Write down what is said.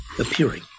appearing